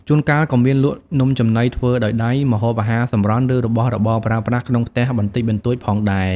ជួនកាលក៏មានលក់នំចំណីធ្វើដោយដៃ ម្ហូបអាហារសម្រន់ ឬរបស់របរប្រើប្រាស់ក្នុងផ្ទះបន្តិចបន្តួចផងដែរ។